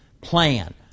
plan